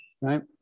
Right